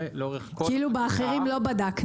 לאורך כל ה --- כאילו באחרים לא בדקנו.